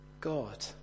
God